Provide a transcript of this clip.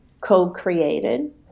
co-created